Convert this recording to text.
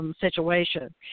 Situation